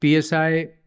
PSI